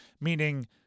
meaning